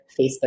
Facebook